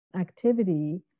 activity